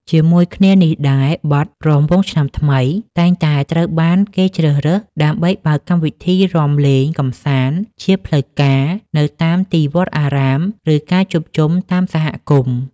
ជាមួយគ្នានេះដែរ បទ រាំវង់ឆ្នាំថ្មី តែងតែត្រូវបានគេជ្រើសរើសដើម្បីបើកកម្មវិធីរាំលេងកម្សាន្តជាផ្លូវការ នៅតាមទីវត្តអារាម ឬការជួបជុំតាមសហគមន៍។